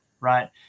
right